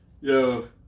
Yo